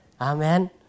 Amen